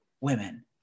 women